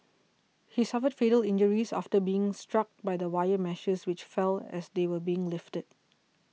he suffered fatal injuries after being struck by the wire meshes which fell as they were being lifted